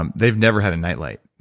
um they've never had a night light.